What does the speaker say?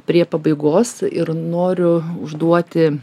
prie pabaigos ir noriu užduoti